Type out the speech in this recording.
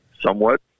somewhat